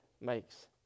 makes